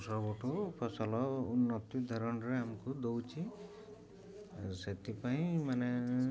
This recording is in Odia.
ସବୁଠୁ ଫସଲ ଉନ୍ନତି ଧାରଣରେ ଆମକୁ ଦେଉଛି ଆଉ ସେଥିପାଇଁ ମାନେ